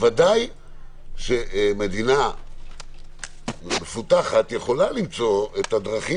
ודאי שמדינה מפותחת יכולה למצוא את הדרכים